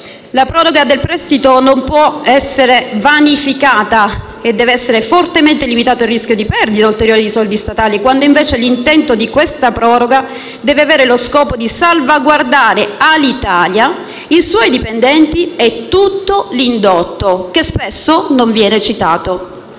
La proroga del prestito non può essere vanificata e deve essere fortemente limitato il rischio di perdita ulteriore di soldi statali, quando invece questa proroga deve avere lo scopo di salvaguardare Alitalia, i suoi dipendenti e tutto l'indotto, che spesso non viene citato.